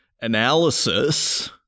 analysis